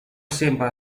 sembra